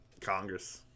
Congress